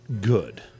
good